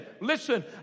Listen